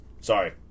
Sorry